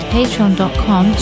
patreon.com